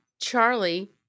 Charlie